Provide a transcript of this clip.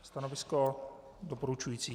Stanovisko doporučující.